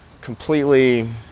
Completely